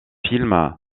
film